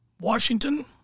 Washington